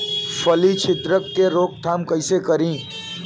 फली छिद्रक के रोकथाम कईसे करी?